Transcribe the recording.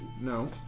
no